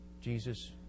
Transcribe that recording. Jesus